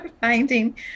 finding